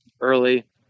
early